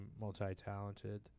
multi-talented